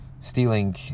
stealing